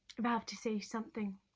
um i have to say something,